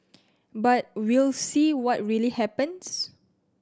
but we'll see what really happens